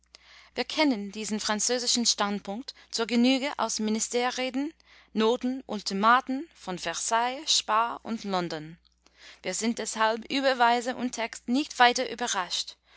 wir kennen diesen französischen standpunkt zur genüge aus ministerreden noten ultimaten von versailles spaa und london wir sind deshalb über weise und text nicht weiter überrascht